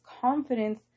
confidence